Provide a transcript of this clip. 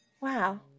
Wow